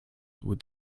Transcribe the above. with